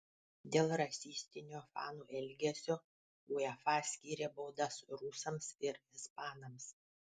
dėl rasistinio fanų elgesio uefa skyrė baudas rusams ir ispanams